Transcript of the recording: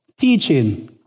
teaching